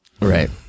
Right